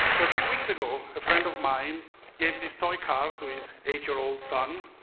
few weeks ago, a friend of mine gave this toy car to his eight year old son.